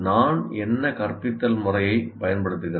நான் என்ன கற்பித்தல் முறையைப் பயன்படுத்துகிறேன்